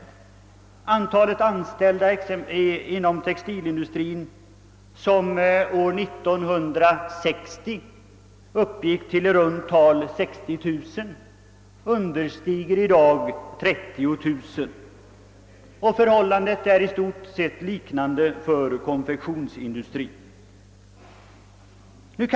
Antalet anställda inom textilindustrin, som år 1960 uppgick till i runt tal 60 000, understiger i dag 30 000. Förhållandet är i stort sett detsamma för konfektionsindustrin.